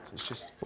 it's just,